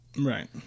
Right